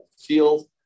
field